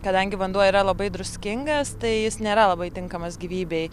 kadangi vanduo yra labai druskingas tai jis nėra labai tinkamas gyvybei